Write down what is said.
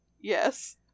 Yes